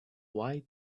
why